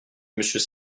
monsieur